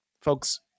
Folks